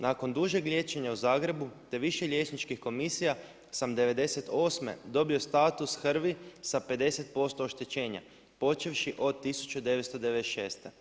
Nakon dužeg liječenja u Zagrebu te više liječničkih komisija sam '98. dobio HRV-i sa 50% oštećenja počevši od 1996.